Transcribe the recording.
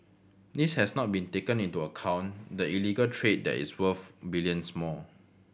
this has not been taken into account the illegal trade that is worth billions more